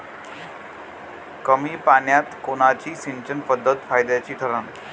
कमी पान्यात कोनची सिंचन पद्धत फायद्याची ठरन?